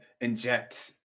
inject